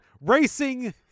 racing